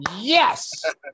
Yes